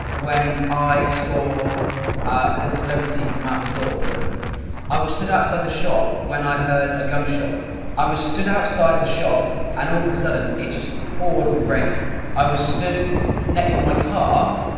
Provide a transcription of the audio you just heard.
when i saw and a celebrity come out of the door'. whatever i was stood outside the shop when i heard a gunshot i was stood outside the shop, and all of a sudden, it just poured with rain' i was stood next to my car